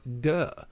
duh